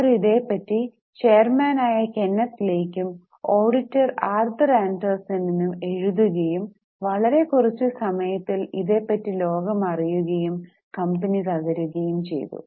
അവർ ഇതേ പറ്റി ചെയര്മാന് ആയ കെന്നെത് ലെയ്ക്കും ഓഡിറ്റർ ആർതർ അണ്ടെർസോണിനും എഴുതുകയും വളരെ കുറച്ചു സമയത്തിൽ ഇതേ പറ്റി ലോകം അറിയുകയും കമ്പനി തകരുകയും ചെയ്തു